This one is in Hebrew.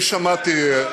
אני שמעתי,